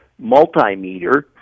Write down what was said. multimeter